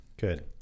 Good